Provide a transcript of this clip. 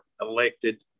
elected